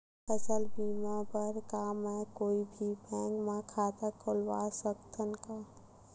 फसल बीमा बर का मैं कोई भी बैंक म खाता खोलवा सकथन का?